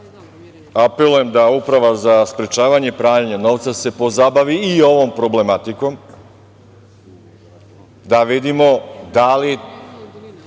apelujem da Uprava za sprečavanje pranja novca se pozabavi i ovom problematikom, da vidimo da li